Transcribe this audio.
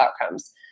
outcomes